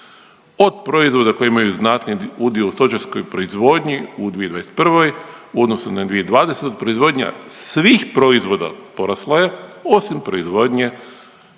Od proizvoda koji imaju znati udio u stočarskoj proizvodnji u 2021. u odnosu na 2020. proizvodnja svih proizvoda porasla je osim proizvodnje